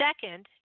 Second